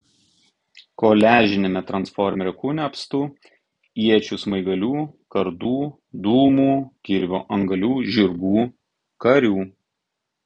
koliažiniame transformerio kūne apstu iečių smaigalių kardų dūmų kirvio antgalių žirgų karių